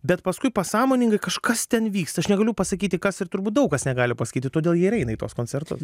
bet paskui pasąmoningai kažkas ten vyksta aš negaliu pasakyti kas ir turbūt daug kas negali pasakyti todėl jie ir eina į tuos koncertus